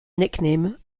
nickname